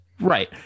right